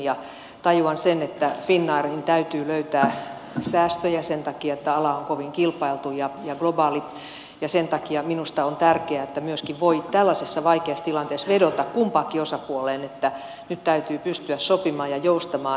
tajuan sen että finnairin täytyy löytää säästöjä sen takia että ala on kovin kilpailtu ja globaali ja sen takia minusta on tärkeää että myöskin voi tällaisessa vaikeassa tilanteessa vedota kumpaankin osapuoleen että nyt täytyy pystyä sopimaan ja joustamaan